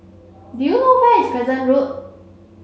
do you know where is Crescent Road